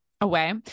away